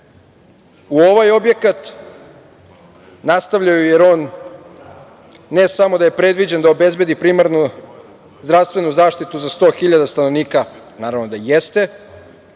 u ovaj objekat, nastavljaju jer on ne samo da je predviđen da obezbedi primarnu zdravstvenu zaštitu za 100.000 stanovnika, naravno da jeste,